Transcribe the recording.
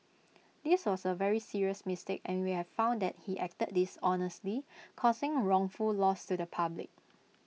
this was A serious mistake and we have found that he acted dishonestly causing wrongful loss to the public